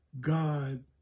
God